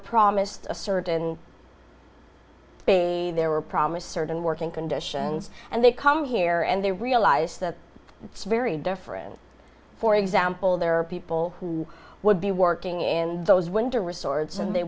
promised a certain way they were promised certain working conditions and they come here and they realize that it's very different for example there are people who would be working in those winter resorts and they